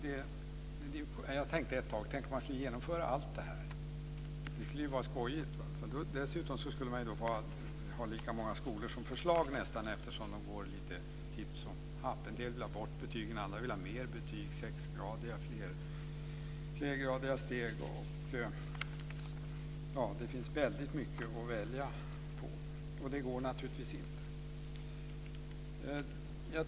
Ett tag tänkte jag: Tänk om vi skulle genomföra allt! Det skulle vara skojigt. Dessutom skulle det behövas lika många skolor som förslag, eftersom förslagen är lite hipp som happ. En del vill ha bort betygen, andra vill ha mer betyg. Det kan vara sexgradiga eller flergradiga steg. Det finns mycket att välja på. Det går naturligtvis inte.